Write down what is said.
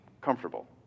comfortable